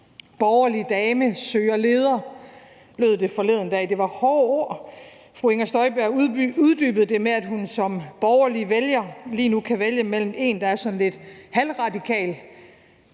Borgerlig dame søger leder, lød det forleden dag, og det var hårde ord. Fru Inger Støjberg uddybede det med, at hun som borgerlig vælger lige nu kan vælge mellem en, der er sådan lidt halvradikal